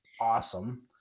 awesome